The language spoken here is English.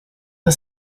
the